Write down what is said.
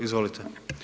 Izvolite.